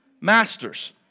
masters